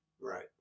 Right